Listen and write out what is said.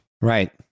Right